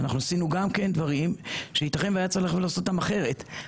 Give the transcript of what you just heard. עשינו גם כן דברים שייתכן והיה צריך לעשות אותם אחרת.